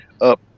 up